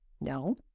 No